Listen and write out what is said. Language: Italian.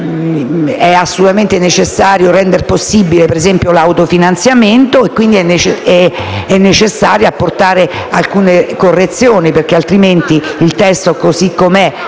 è assolutamente necessario rendere possibile l'autofinanziamento, quindi occorre apportare alcune correzioni, perché altrimenti il testo così come